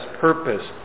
purpose